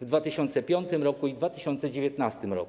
w 2005 r. i w 2019 r.